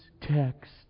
text